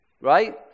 Right